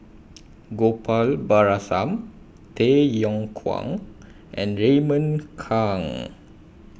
Gopal Baratham Tay Yong Kwang and Raymond Kang